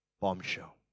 bombshell